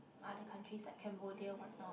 other country like Cambodia whatnot